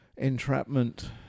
entrapment